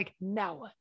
now